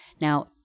Now